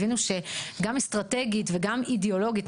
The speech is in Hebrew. הם הבינו שגם אסטרטגית וגם אידיאולוגיות,